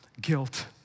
guilt